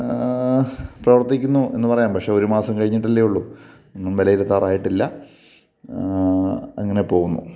പ്രവർത്തിക്കുന്നു എന്നു പറയാം പക്ഷേ ഒരു മാസം കഴിഞ്ഞിട്ടല്ലേ ഉള്ളൂ ഒന്നും വിലയിരുത്താറായിട്ടില്ല അങ്ങനെ പോകുന്നു